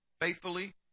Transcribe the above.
faithfully